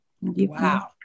Wow